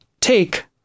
take